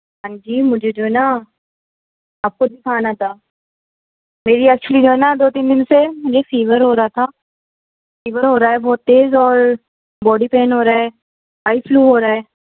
ہاں جی مجھے جو ہے نا آپ کو دکھانا تھا میری ایکچولی جو ہے نا دو تین دن سے مجھے فیور ہو رہا تھا فیور ہو رہا ہے بہت تیز اور باڈی پین ہو رہا ہے آئی فلو ہو رہا ہے